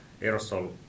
aerosol